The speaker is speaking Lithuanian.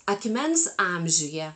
akmens amžiuje